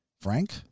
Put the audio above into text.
Frank